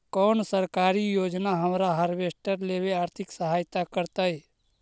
कोन सरकारी योजना हमरा हार्वेस्टर लेवे आर्थिक सहायता करतै?